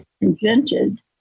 invented